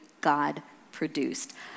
God-produced